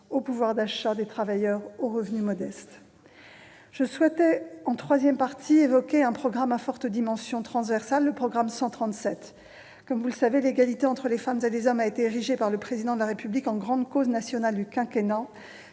au pouvoir d'achat des travailleurs aux revenus modestes. J'évoquerai à présent un programme à forte dimension transversale, le programme 137. Comme vous le savez, l'égalité entre les femmes et les hommes a été érigée par le Président de la République en grande cause nationale du quinquennat.